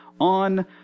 on